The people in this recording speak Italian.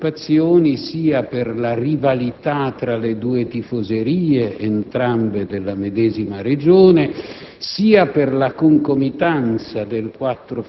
ma da tempo destava forti preoccupazioni sia per la rivalità tra le due tifoserie, entrambe della medesima Regione,